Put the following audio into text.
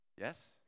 Yes